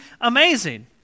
amazing